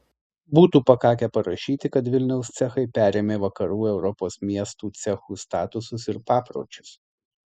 būtų pakakę parašyti kad vilniaus cechai perėmė vakarų europos miestų cechų statusus ir papročius